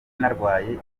narwaye